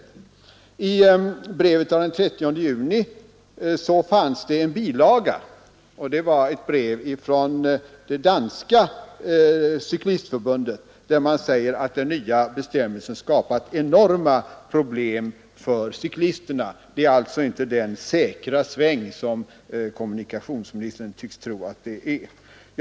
Till brevet av den 30 juni fanns fogad en bilaga, ett brev från det danska cyklistförbundet, där det framhölls att den nya bestämmelsen skapat enorma problem för cyklisterna. Det är alltså inte fråga om den säkra sväng som kommunikationsministern tycks tro att det är.